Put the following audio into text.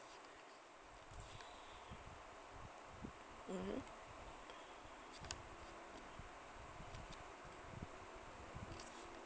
mmhmm